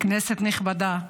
כנסת נכבדה,